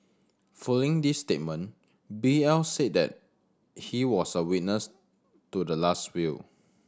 following this statement B L said that he was a witness to the last will